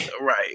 Right